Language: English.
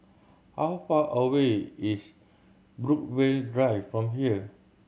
how far away is Brookvale Drive from here